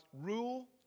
rule